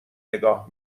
نگاه